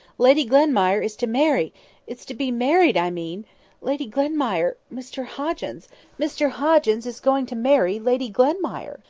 lady glenmire is to marry is to be married, i mean lady glenmire mr hoggins mr hoggins is going to marry lady glenmire!